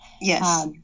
Yes